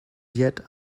yet